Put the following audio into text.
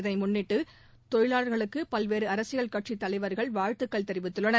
இதை முன்னிட்டு தொழிலாளா்களுக்கு பல்வேறு அரசியல் கட்சித் தலைவா்கள் வாழ்த்துக்கள் தெரிவித்துள்ளன்